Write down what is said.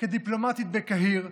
כדיפלומטית בקהיר,